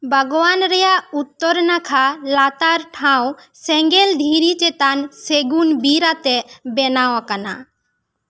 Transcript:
ᱵᱟᱜᱽᱣᱟᱱ ᱨᱮᱭᱟᱜ ᱩᱛᱛᱚᱨ ᱱᱟᱠᱷᱟ ᱞᱟᱛᱟᱨ ᱴᱷᱟᱶ ᱥᱮᱸᱜᱮᱞ ᱫᱷᱤᱨᱤ ᱪᱮᱛᱟᱱ ᱥᱮᱜᱩᱱ ᱵᱤᱨ ᱟᱛᱮᱜ ᱵᱮᱱᱟᱣᱟᱠᱟᱱᱟ